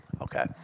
Okay